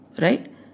Right